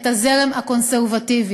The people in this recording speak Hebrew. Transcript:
את הזרם הקונסרבטיבי.